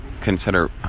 consider